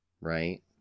right